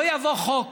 לא יעבור חוק